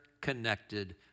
connected